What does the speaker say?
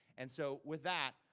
and so, with that,